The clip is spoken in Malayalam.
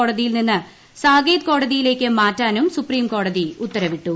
കോടതിയിൽ നിന്ന് സാകേത് കോടതിയില്പേക്ക് മാറ്റാനും സുപ്രീംകോടതി ഉത്തരവിട്ടു